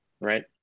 right